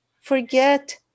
forget